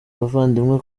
abavandimwe